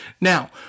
now